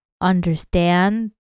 understand